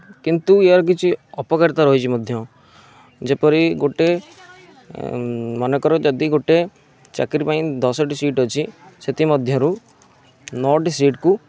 କିନ୍ତୁ ଏହାର କିଛି ଅପକାରିତା ରହିଛି ମଧ୍ୟ ଯେପରି ଗୋଟିଏ ମନେକର ଯଦି ଗୋଟିଏ ଚାକିରୀ ପାଇଁ ଦଶଟି ସିଟ୍ ଅଛି ସେଇଥି ମଧ୍ୟରୁ ନଅଟି ସିଟ୍କୁ